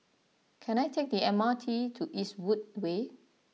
can I take the M R T to Eastwood Way